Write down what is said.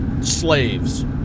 slaves